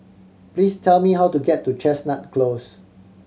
please tell me how to get to Chestnut Close